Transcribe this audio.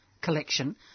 Collection